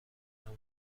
نام